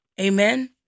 amen